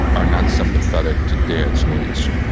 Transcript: are not sympathetic to dad's needs.